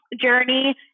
journey